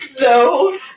No